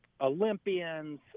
Olympians